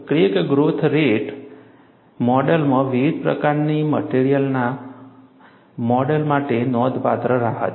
crack growth rate મોડેલમાં વિવિધ પ્રકારની મટેરીઅલના મોડેલ માટે નોંધપાત્ર રાહત છે